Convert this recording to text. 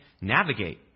navigate